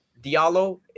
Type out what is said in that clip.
Diallo